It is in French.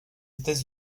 états